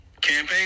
campaign